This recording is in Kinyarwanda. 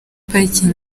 pariki